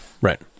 Right